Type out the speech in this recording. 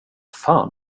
fan